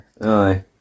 aye